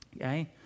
Okay